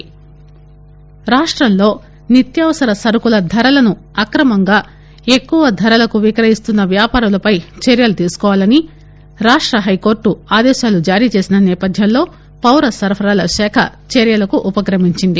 ధరలు రాష్టంలో నిత్యావసర సరకుల ధరలను అక్రమంగా ఎక్కువ ధరలకు విక్రయిస్తున్న వ్యాపారులపై చర్యలు తీసుకోవవాలని రాష్ట హై కోర్టు ఆదేశాలు జారీచేసిన నేపధ్యంలో పౌరసరఫరాల శాఖ చర్యలకు ఉపక్రమించింది